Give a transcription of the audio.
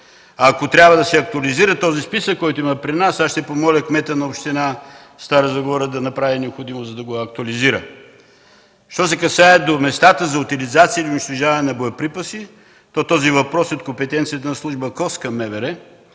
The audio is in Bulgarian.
Ако трябва да се актуализира този списък, който е при нас, ще помоля кметът на община Стара Загора да направи необходимото, за да го актуализира. Що се касае до местата за утилизация или унищожаване на боеприпаси, то този въпрос е от компетенцията на служба КОС към МВР,